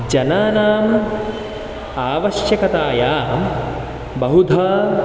जनानाम् आवश्यकतायां बहुधा